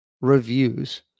reviews